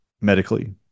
medically